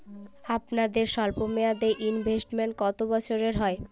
আপনাদের স্বল্পমেয়াদে ইনভেস্টমেন্ট কতো বছরের হয়?